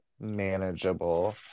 manageable